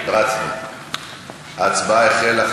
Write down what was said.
ההצבעה החלה.